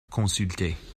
consultés